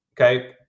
okay